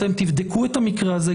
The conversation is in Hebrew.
אתם תבדקו את המקרה הזה,